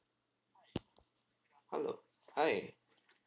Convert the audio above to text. hello hi